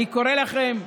אני קורא לכם,